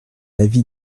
avis